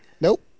Nope